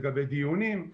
לגבי דיונים.